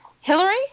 Hillary